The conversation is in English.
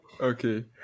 Okay